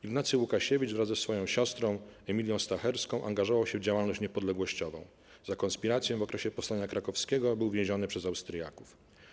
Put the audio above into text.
Ignacy Łukasiewicz, wraz ze swoją siostrą Emilią Stacherską, angażował się w działalność niepodległościową, za konspirację w okresie Powstania Krakowskiego był więziony przez Austriaków.